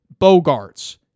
Bogarts